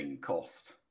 Cost